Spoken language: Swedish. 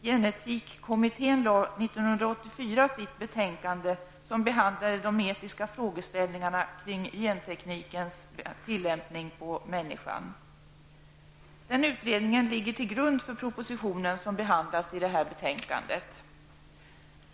Gen-etikkommittén lade 1984 fram sitt betänkande om de etiska frågeställningarna kring genteknikens tillämpning på människan. Utredningen ligger till grund för den proposition som behandlas i detta betänkande.